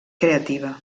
creativa